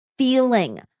feeling